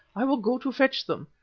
i will go to fetch them.